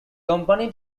company